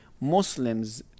Muslims